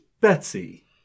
Betsy